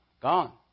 gone